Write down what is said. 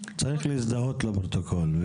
צריך להזדהות לפרוטוקול,